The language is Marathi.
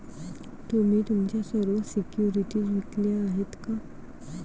तुम्ही तुमच्या सर्व सिक्युरिटीज विकल्या आहेत का?